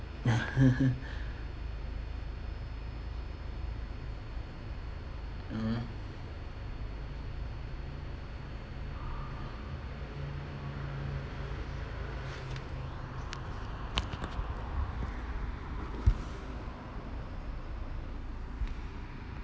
mm